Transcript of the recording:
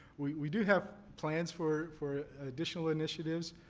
we do have plans for for additional initiatives.